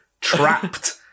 Trapped